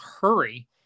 hurry